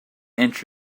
inch